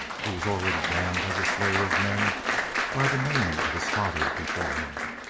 he was already damned as a slayer of men by the name of his father before him.